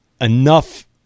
enough